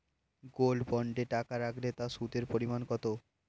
Gold বন্ডে টাকা রাখলে তা সুদের পরিমাণ কত?